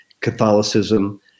catholicism